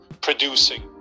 producing